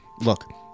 Look